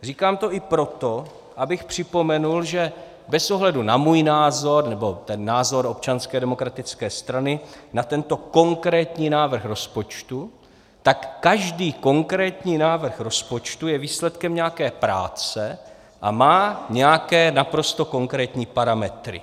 Říkám to i proto, abych připomenul, že bez ohledu na můj názor nebo názor Občanské demokratické strany na tento konkrétní návrh rozpočtu, tak každý konkrétní návrh rozpočtu je výsledkem nějaké práce a má nějaké naprosto konkrétní parametry.